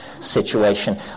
situation